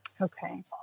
Okay